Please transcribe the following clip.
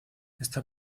esta